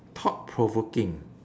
thought provoking